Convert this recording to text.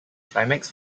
climax